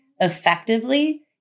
effectively